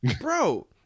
Bro